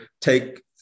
take